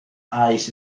ice